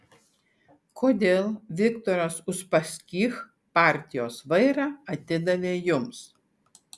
kodėl viktoras uspaskich partijos vairą atidavė jums